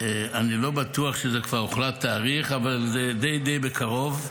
אני לא בטוח שכבר הוחלט על תאריך, אז זה די בקרוב.